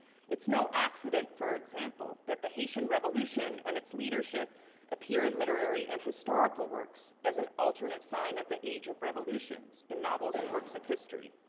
it's no accident, for example, that the haitian revolution and its leadership appear in literary and historical works as an alternate sign of the age of revolutions, in novels and works of history.